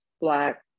black